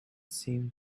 seemed